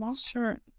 sure